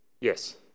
Yes